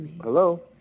Hello